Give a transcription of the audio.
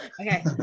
Okay